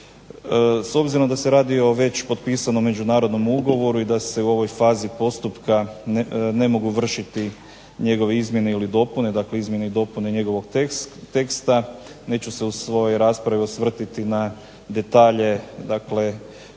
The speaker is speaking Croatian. S obzirom da se radi o već potpisanom međunarodnom ugovoru i da se u ovoj fazi postupka ne mogu vršiti njegove izmjene ili dopune, dakle izmjene i dopune njegovog teksta neću se u svojoj raspravi osvrtati na detalje, dakle